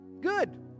Good